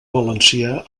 valencià